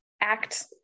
act